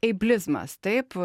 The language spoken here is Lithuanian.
eiblizmas taip